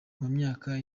munyakazi